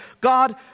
God